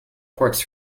quartz